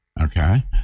okay